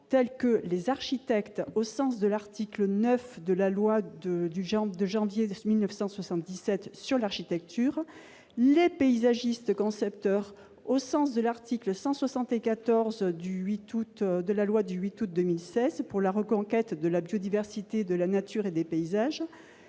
PAPE, tels que les architectes, au sens de l'article 9 de la loi du 3 janvier 1977 sur l'architecture, les paysagistes concepteurs, au sens de l'article 174 de la loi du 8 août 2016 pour la reconquête de la biodiversité, de la nature et des paysages,